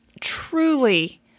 truly